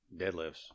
deadlifts